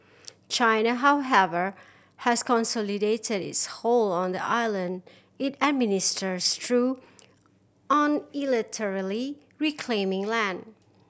China however has consolidated its hold on the island it administers through unilaterally reclaiming land